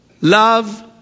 love